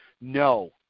No